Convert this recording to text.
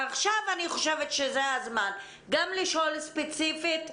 עכשיו אני חושבת שזה הזמן גם לשאול ספציפית על המקרה,